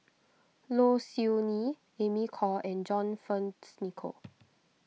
Low Siew Nghee Amy Khor and John Fearns Nicoll